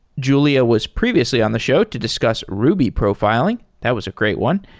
julia was previously on the show to discuss ruby profiling. that was a great one,